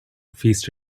feast